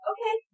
Okay